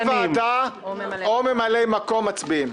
רק חברי ועדה או ממלאי מקום מצביעים.